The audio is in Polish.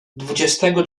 dwudziestego